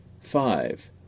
Five